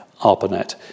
ARPANET